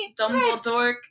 Dumbledore